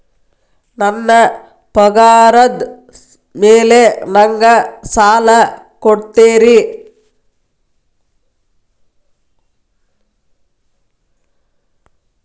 ನನ್ನ ಪಗಾರದ್ ಮೇಲೆ ನಂಗ ಸಾಲ ಕೊಡ್ತೇರಿ?